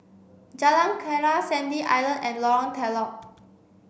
Jalan Keria Sandy Island and Lorong Telok